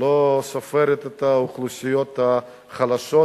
לא סופרת את האוכלוסיות החלשות,